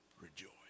Rejoice